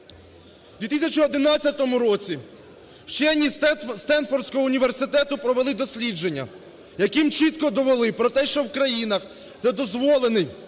В 2011 році вчені Стенфордського університету провели дослідження, яким чітко довели про те, що в країнах, де дозволений